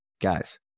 Guys